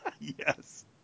Yes